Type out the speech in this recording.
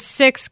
six